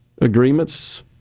agreements